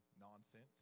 nonsense